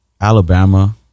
Alabama